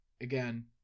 again